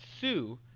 Sue